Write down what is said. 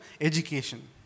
education